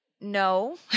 no